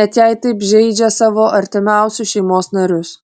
net jei taip žeidžia savo artimiausius šeimos narius